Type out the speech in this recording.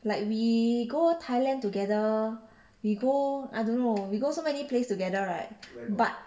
like we go thailand together we go I don't know we go so many place together right but